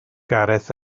gareth